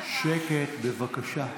שקט, בבקשה.